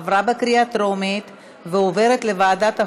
עברה בקריאה טרומית ועוברת לוועדת החוקה,